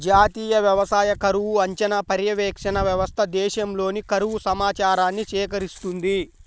జాతీయ వ్యవసాయ కరువు అంచనా, పర్యవేక్షణ వ్యవస్థ దేశంలోని కరువు సమాచారాన్ని సేకరిస్తుంది